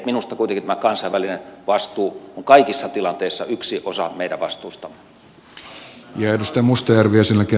minusta kuitenkin tämä kansainvälinen vastuu on kaikissa tilanteissa yksi osa meidän vastuustamme